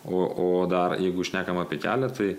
o o dar jeigu šnekam apie kelią